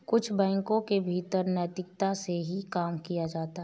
कुछ बैंकों के भीतर नैतिकता से ही काम किया जाता है